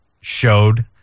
showed